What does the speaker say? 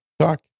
talk